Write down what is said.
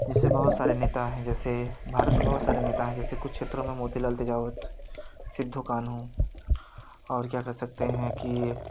इससे बहुत सारे नेता है जैसे भारत में बहुत सारे नेता है जैसे कुछ क्षेत्रों में मोतीलाल तेजावत सिद्धू कानू और क्या कह सकते हैं कि